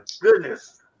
goodness